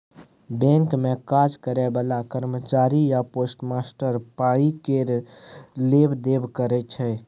bank मे काज करय बला कर्मचारी या पोस्टमास्टर पाइ केर लेब देब करय छै